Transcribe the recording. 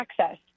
access